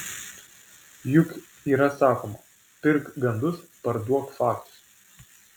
juk yra sakoma pirk gandus parduok faktus